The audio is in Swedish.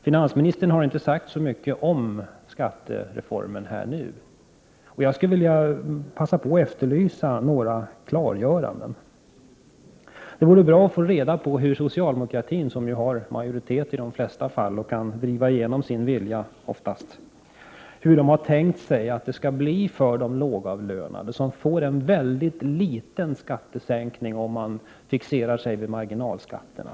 Finansministern har inte sagt så mycket om skattereformen här och nu, och jag skulle faktiskt vilja passa på att efterlysa några klarlägganden. Det vore bra att få reda på hur socialdemokratin, som ju har majoritet i de flesta fall 7 och oftast kan driva igenom sin vilja, har tänkt sig att det skall bli för de lågavlönade, som får en väldigt liten skattesänkning om man fixerar sig vid marginalskatterna.